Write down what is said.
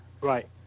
right